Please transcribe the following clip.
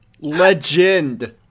Legend